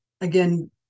again